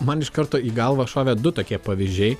man iš karto į galvą šovė du tokie pavyzdžiai